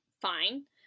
fine